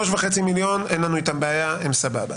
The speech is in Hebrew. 3,500,000 אין לנו איתם בעיה, הם סבבה.